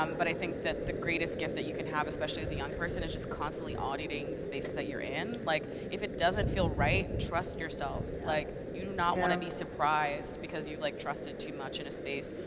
um but i think that the greatest gift that you can have, especially as a young person, is just constantly auditing the spaces that you're in. like if it doesn't feel right, trust yourself. like you do not wanna be surprised because you like trusted too much in a space.